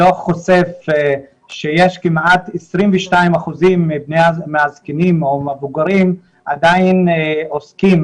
הדוח חושף שיש כמעט 22% מהזקנים או המבוגרים שעדיין עוסקים